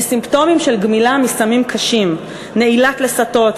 עם סימפטומים של גמילה מסמים קשים: נעילת לסתות,